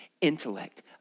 intellect